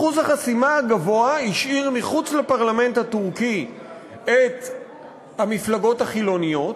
אחוז החסימה הגבוה השאיר מחוץ לפרלמנט הטורקי את המפלגות החילוניות.